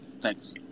thanks